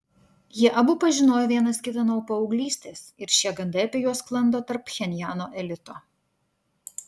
jie abu pažinojo vienas kitą nuo paauglystės ir šie gandai apie juos sklando tarp pchenjano elito